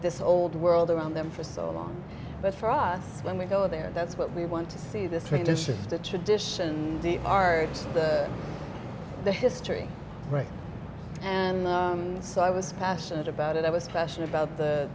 this old world around them for so long but for us when we go there that's what we want to see this tradition the tradition the art the history right and so i was passionate about it i was passionate about the